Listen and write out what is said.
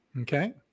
Okay